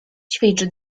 ćwicz